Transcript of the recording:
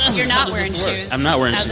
you're not wearing shoes. i'm not wearing